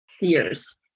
years